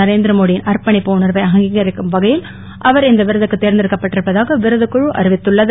நரேந்திர மோடியின் அர்ப்பணிப்பு உணர்வை அங்கீகரிக்கும் வகையில் அவர் இந்த விருதுக்கு தேர்ந்தெடுக்கப்பட்டுள்ளதாக விருதுக் குழு அறிவித்துள்ளது